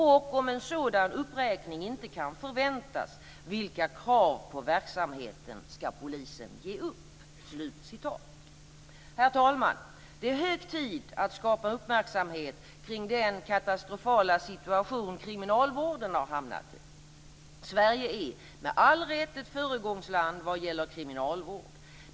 Och om en sådan uppräkning inte kan förväntas; vilka krav på verksamheten skall Polisen ge upp?" Herr talman! Det är hög tid att skapa uppmärksamhet kring den katastrofala situation kriminalvården har hamnat i. Sverige är med all rätt ett föregångsland vad gäller kriminalvård.